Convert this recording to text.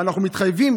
ואנחנו מתחייבים,